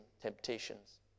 temptations